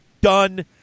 done